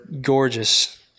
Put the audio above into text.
gorgeous